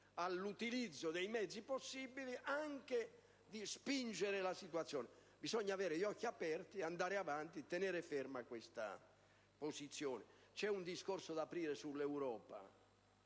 all'utilizzo dei mezzi possibili, anche di spingere la situazione. Bisogna tenere gli occhi aperti, andare avanti, tenere ferma l'attività di coordinamento della NATO. C'è un discorso da aprire sull'Europa: